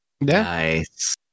Nice